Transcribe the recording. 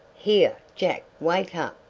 here, jack wake up!